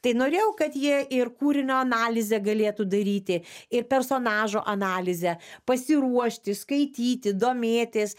tai norėjau kad jie ir kūrinio analizę galėtų daryti ir personažo analizę pasiruošti skaityti domėtis